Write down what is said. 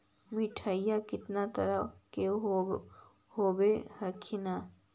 मिट्टीया कितना तरह के होब हखिन?